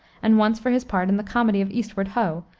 and once for his part in the comedy of eastward hoe,